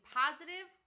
positive